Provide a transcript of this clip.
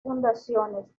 fundaciones